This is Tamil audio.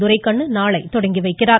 துரைக்கண்ணு நாளைத் தொடங்கி வைக்கிறார்